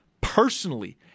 personally